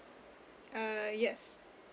uh yes